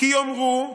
כי יאמרו: